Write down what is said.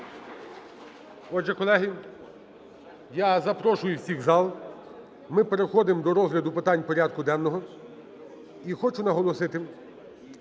Отже, колеги, я запрошую всіх в зал. Ми переходимо до розгляду питань порядку денного. І хочу наголосити,